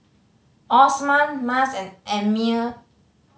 Osman Mas and Ammir